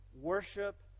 worship